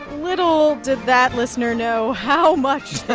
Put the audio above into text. little did that listener know how much